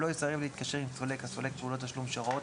לא יסרב להתקשר עם סולק הסולק פעולות תשלום שהוראות